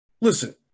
Listen